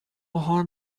harm